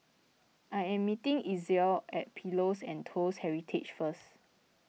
I am meeting Itzel at Pillows and Toast Heritage first